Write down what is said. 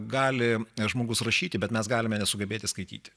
gali žmogus rašyti bet mes galime nesugebėti skaityti